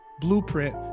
blueprint